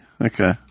Okay